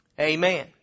Amen